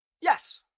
Yes